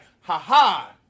ha-ha